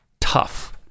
Tough